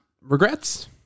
Regrets